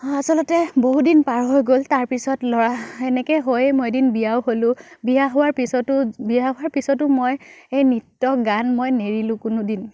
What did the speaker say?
আচলতে বহুদিন পাৰ হৈ গ'ল তাৰ পিছত ল'ৰা এনেকৈ হৈ মই এদিন বিয়াও হ'লো বিয়া হোৱাৰ পিছতো বিয়া হোৱাৰ পিছতো মই সেই নৃত্য গান মই নেৰিলোঁ কোনো দিন